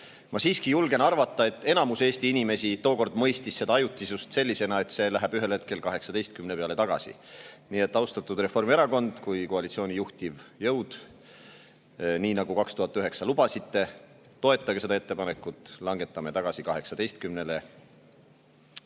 Ma siiski julgen arvata, et enamus Eesti inimesi tookord mõistis seda ajutisust sellisena, et see läheb ühel hetkel 18% peale tagasi. Nii et, austatud Reformierakond kui koalitsiooni juhtiv jõud, nii nagu 2009 lubasite, toetage seda ettepanekut, langetame tagasi